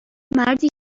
مردی